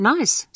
Nice